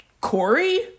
Corey